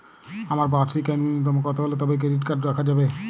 আমার বার্ষিক আয় ন্যুনতম কত হলে তবেই ক্রেডিট কার্ড রাখা যাবে?